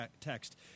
text